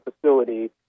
facility